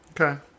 Okay